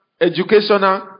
educational